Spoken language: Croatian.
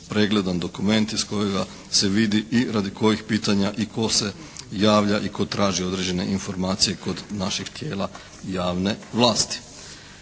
pregledan dokument iz kojega se vidi i radi kojih pitanja i tko se javlja i tko traži određene informacije kod naših tijela javne vlasti.